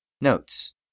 Notes